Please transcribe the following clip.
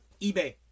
eBay